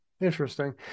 interesting